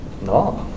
No